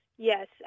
Yes